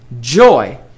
joy